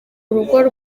urugo